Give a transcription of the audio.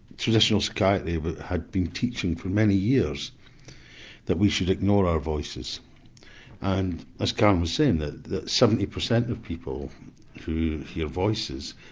traditional psychiatry had been teaching for many years that we should ignore our voices and as karen was saying that that seventy percent of people who hear voices,